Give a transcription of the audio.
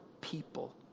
people